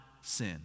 sin